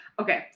Okay